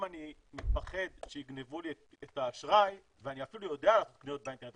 אם אני מפחד שיגנבו לי את האשראי ואני אפילו יודע לעשות קניות באינטרנט,